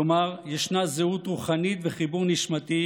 כלומר, ישנה זהות רוחנית וחיבור נשמתי